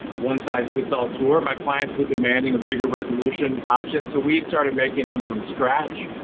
one-size-fits-all tour. my clients were demanding a bigger resolution option, so we started making them from scratch.